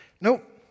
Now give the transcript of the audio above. nope